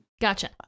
Gotcha